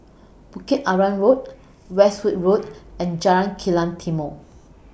Bukit Arang Road Westwood Road and Jalan Kilang Timor